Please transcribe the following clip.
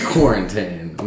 Quarantine